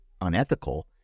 unethical